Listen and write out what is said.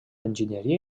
enginyeria